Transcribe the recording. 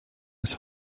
his